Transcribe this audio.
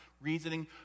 reasoning